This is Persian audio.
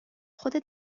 خودت